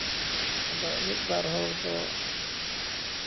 ᱟᱫᱚ ᱢᱤᱫ ᱵᱟᱨ ᱦᱚᱲ ᱫᱚ